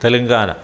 Telangana